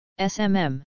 SMM